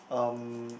um